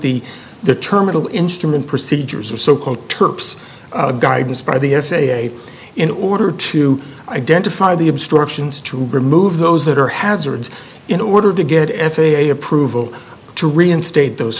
the the terminal instrument procedures or so called turps guidance by the f a a in order to identify the obstructions to remove those that are hazards in order to get f a a approval to reinstate those